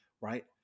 Right